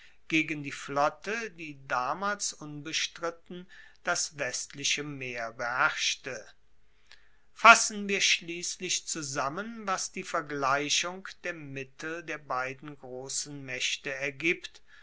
gegen die flotte die damals unbestritten das westliche meer beherrschte fassen wir schliesslich zusammen was die vergleichung der mittel der beiden grossen maechte ergibt